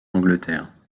angleterre